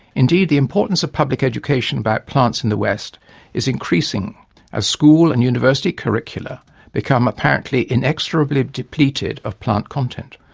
indeed, the importance of public education about plants in the west is increasing as school and university curricula become apparently inexorably depleted of plant content.